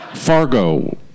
Fargo